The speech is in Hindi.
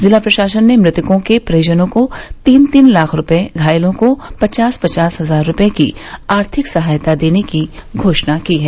जिला प्रशासन ने मृतकों के परिजनों को तीन तीन लाख रूपये घायलों को पचास पचास हजार रूपये की आर्थिक सहायता देने की घोषणा की है